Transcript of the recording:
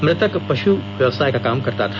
मृतक पश् व्यवसाय का काम करता था